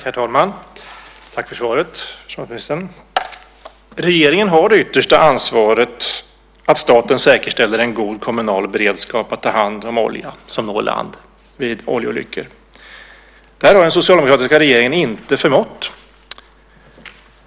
Herr talman! Tack för svaret, försvarsministern! Regeringen har det yttersta ansvaret för att staten säkerställer en god kommunal beredskap för att ta hand om olja som kommer i land vid oljeolyckor. Det här har den socialdemokratiska regeringen inte förmått.